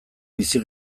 bizi